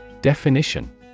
Definition